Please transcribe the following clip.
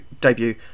debut